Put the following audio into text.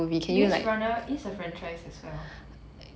maze runner is a franchise as well